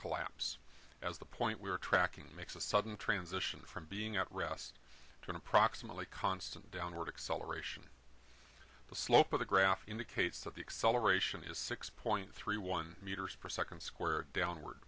collapse as the point we are tracking makes a sudden transition from being at rest to approximately constant downward acceleration the slope of the graph indicates that the acceleration is six point three one meters per second squared downward